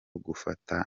gufata